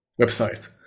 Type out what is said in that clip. website